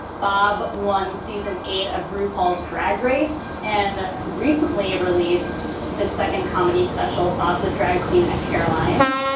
bob, one season eight of roup hall's drag race. and recently released his second comedy special, bob the drag queen at caroline's.